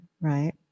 right